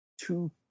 Two